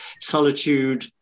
Solitude